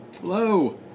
Hello